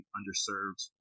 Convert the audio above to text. underserved